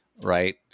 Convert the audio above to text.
right